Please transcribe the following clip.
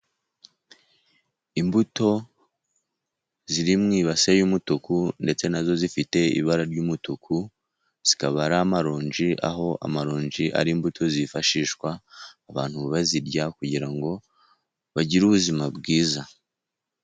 Imbuto ziri mu ibase y'umutuku ndetse na zo zifite ibara ry'umutuku, zikaba ari amaronji, aho amaronji ari imbuto zifashishwa ku bantu bazirya, kugira ngo bagire ubuzima bwiza.